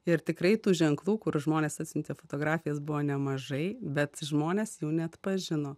ir tikrai tų ženklų kur žmonės atsiuntė fotografijas buvo nemažai bet žmonės jų neatpažino